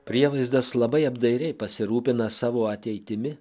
prievaizdas labai apdairiai pasirūpina savo ateitimi